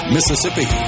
Mississippi